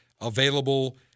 available